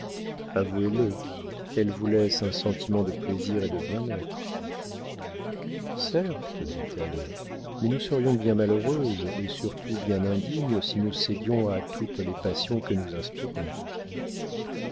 avouez-le elles vous laissent un sentiment de plaisir et de bien-être certes dit-elle mais nous serions bien malheureuses et surtout bien indignes si nous cédions à toutes les passions que nous inspirons